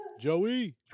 Joey